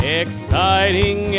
exciting